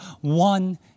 one